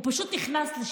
הוא פשוט נכנס לשם.